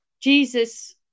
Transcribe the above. jesus